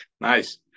Nice